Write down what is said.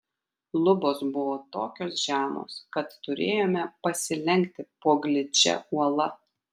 lubos buvo tokios žemos kad turėjome pasilenkti po gličia uola